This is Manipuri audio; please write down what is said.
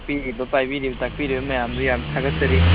ꯇꯥꯛꯄꯤꯔꯤꯕ ꯄꯥꯏꯕꯤꯔꯤꯕ ꯇꯥꯛꯄꯤꯔꯤꯕ ꯃꯌꯥꯝꯗꯨ ꯌꯥꯝ ꯊꯥꯒꯠꯆꯔꯤ